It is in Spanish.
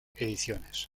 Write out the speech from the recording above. ediciones